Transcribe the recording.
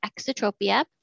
exotropia